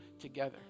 together